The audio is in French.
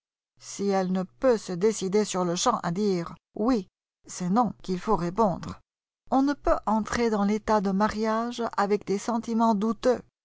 si elle ne peut se décider sur-le-champ à dire oui c'est non qu'il faut répondre on ne peut entrer dans l'état de mariage avec des sentiments douteux